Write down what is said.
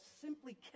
simply